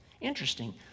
Interesting